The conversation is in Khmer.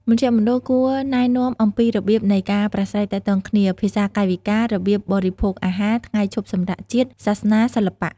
មជ្ឈមណ្ឌលគួរណែនាំអំពីរបៀបនៃការប្រាស្រ័យទាក់ទងគ្នា (ភាសាកាយវិការ) របៀបបរិភោគអាហារ ថ្ងៃឈប់សម្រាកជាតិ សាសនា សិល្បៈ។